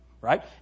Right